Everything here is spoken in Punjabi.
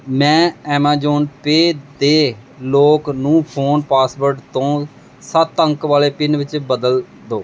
ਮੈਂ ਐਮਾਜ਼ਾਨ ਪੇ ਦੇ ਲੌਕ ਨੂੰ ਫ਼ੋਨ ਪਾਸਵਰਡ ਤੋਂ ਸੱਤ ਅੰਕ ਵਾਲੇ ਪਿੰਨ ਵਿੱਚ ਬਦਲ ਦਿਓ